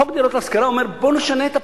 חוק דירות להשכרה אומר: בואו נשנה את הפילוסופיה.